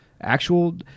actual